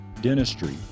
dentistry